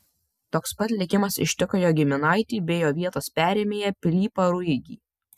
toks pat likimas ištiko jo giminaitį bei jo vietos perėmėją pilypą ruigį